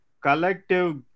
collective